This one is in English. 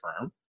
firm